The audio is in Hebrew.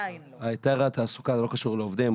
היתר התעסוקה זה לא קשור לעובדים.